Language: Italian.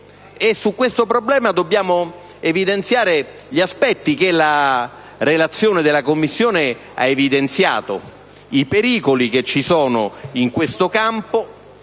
e al riguardo dobbiamo sottolineare gli aspetti che la relazione della Commissione ha evidenziato, i pericoli che ci sono in questo campo.